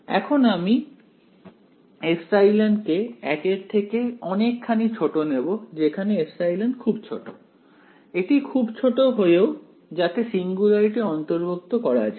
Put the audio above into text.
এখন আমি ε 1 নেব যেখানে ε খুব ছোট এটি খুব ছোট হয়েও যাতে সিঙ্গুলারিটি অন্তর্ভুক্ত করা যায়